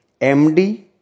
MD